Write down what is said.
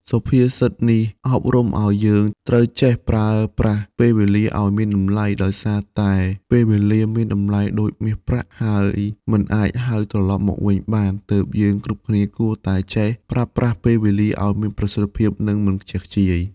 សុភាសិតនេះអប់រំអោយយើង ត្រូវចេះប្រើប្រាស់ពេលវេលាឲ្យមានតម្លៃ ដោយសារតែពេលវេលាមានតម្លៃដូចមាសប្រាក់ ហើយមិនអាចហៅត្រឡប់មកវិញបាន ទើបយើងគ្រប់គ្នាគួរតែចេះប្រើប្រាស់ពេលវេលាឲ្យមានប្រសិទ្ធភាព និងមិនខ្ជះខ្ជាយ។